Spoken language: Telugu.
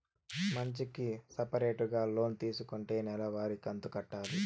మంచికి సపరేటుగా లోన్ తీసుకుంటే నెల వారి కంతు కట్టాలి